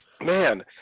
Man